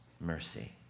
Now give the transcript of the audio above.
mercy